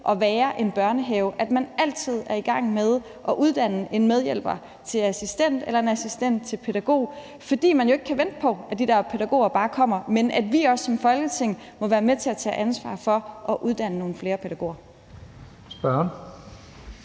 at være en børnehave, at man altid er i gang med at uddanne en medhjælper til assistent eller en assistent til pædagog, fordi man jo ikke kan vente på, at de der pædagoger bare kommer. Men vi må også som Folketing være med til at tage ansvar for at uddanne nogle flere pædagoger.